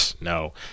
no